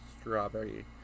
Strawberry